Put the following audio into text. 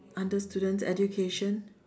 under student education